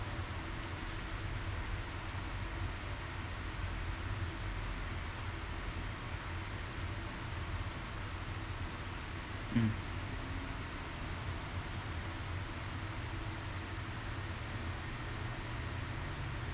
mm